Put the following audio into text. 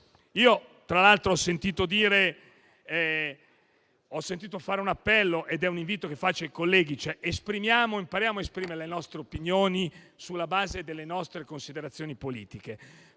Tra l'altro, ho sentito fare un appello e rivolgo un invito ai colleghi: impariamo a esprimere le nostre opinioni sulla base delle nostre considerazioni politiche.